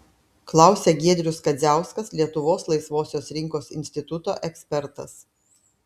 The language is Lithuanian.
klausia giedrius kadziauskas lietuvos laisvosios rinkos instituto ekspertas